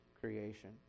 creation